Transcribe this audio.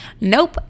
nope